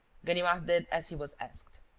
ganimard did as he was asked.